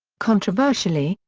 controversially,